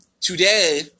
Today